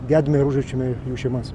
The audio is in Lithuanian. gedime ir užjaučiame jų šeimas